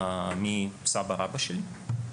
מסבא רבא שלי,